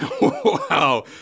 wow